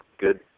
good